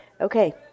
Okay